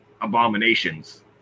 abominations